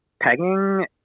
pegging